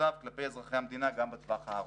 בהתחייבויותיו כלפי אזרחי המדינה גם בטווח הארוך.